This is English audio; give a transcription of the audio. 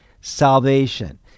salvation